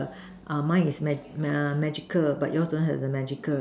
uh mine is magic uh magical but yours don't have the magical